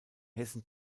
hessen